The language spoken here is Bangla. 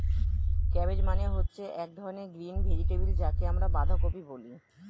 ক্যাবেজ মানে হচ্ছে এক ধরনের গ্রিন ভেজিটেবল যাকে আমরা বাঁধাকপি বলি